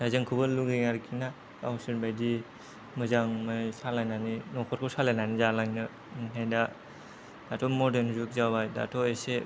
दा जोंखौबो लुगैयो आरोखिना गावसोर बायदि मोजाङै सालायनानै न'खरखौ सालायनानै जालांनो आमफायदा दाथ' मर्डान जुग जाबाय दाथ' एसे